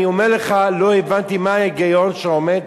אני אומר לך, לא הבנתי מה ההיגיון שעומד,